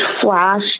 flash